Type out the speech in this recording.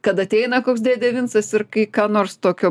kad ateina koks dėdė vincas ir kai ką nors tokio